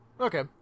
Okay